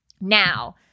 Now